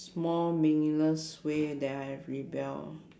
small meaningless way that I have rebel